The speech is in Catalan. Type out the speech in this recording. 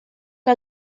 que